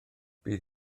bydd